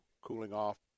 cooling-off